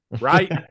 right